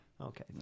Okay